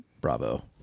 bravo